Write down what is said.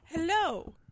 Hello